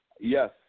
Yes